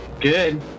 good